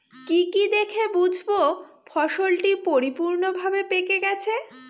কি কি দেখে বুঝব ফসলটি পরিপূর্ণভাবে পেকে গেছে?